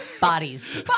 Bodies